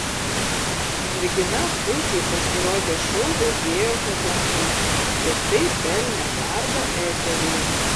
mergina puikiai pasirodė šou vedėjos atrankoje ir taip pelnė darbą eteryje